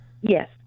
Yes